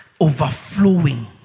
overflowing